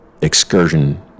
excursion